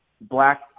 black